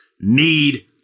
need